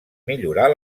millorar